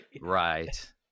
Right